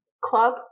club